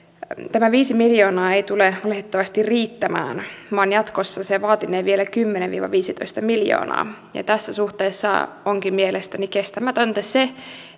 tämä viisi miljoonaa ei tule valitettavasti riittämään vaan jatkossa se vaatinee vielä kymmenen viiva viisitoista miljoonaa tässä suhteessa onkin mielestäni kestämätöntä se